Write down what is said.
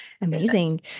Amazing